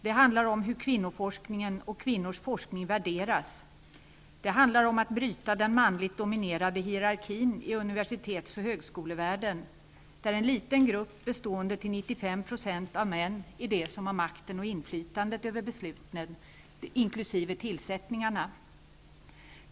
Det handlar om hur kvinnoforskningen och kvinnors forskning värderas. Det handlar om att bryta den manligt dominerade hierarkin i universitets och högskolevärlden, där en liten grupp bestående till 95 % av män är de som har makten och inflytandet över besluten, inkl. tillsättningarna.